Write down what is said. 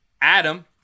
Adam